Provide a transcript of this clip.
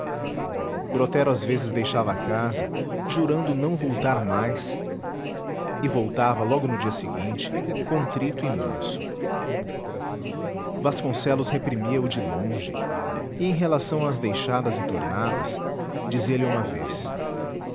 brotero às vezes deixava a casa www nead unama br jurando não voltar mais e voltava logo no dia seguinte contrito e manso vasconcelos reprimia o de longe e em relação às deixadas e tornadas dizia-lhe uma vez